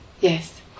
Yes